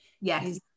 yes